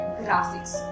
graphics